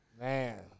Man